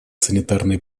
санитарной